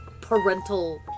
parental